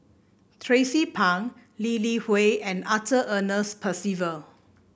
Tracie Pang Lee Li Hui and Arthur Ernest Percival